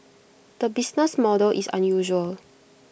the business model is unusual